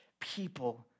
people